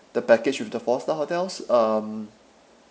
the package with the four star hotels um